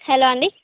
hello అండీ